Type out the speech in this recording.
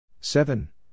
seven